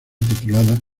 titulada